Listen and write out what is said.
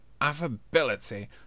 affability